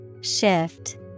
Shift